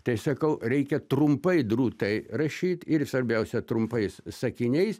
tai sakau reikia trumpai drūtai rašyt ir svarbiausia trumpais sakiniais